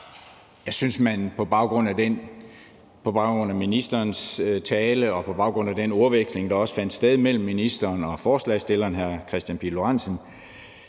Jeg synes, man på baggrund af ministerens tale og på baggrund af den ordveksling, der også fandt sted mellem ministeren og forslagsstilleren hr. Kristian Pihl Lorentzen,